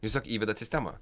tiesiog įvedat sistemą